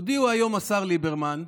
הודיע היום השר ליברמן,